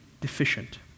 deficient